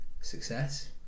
success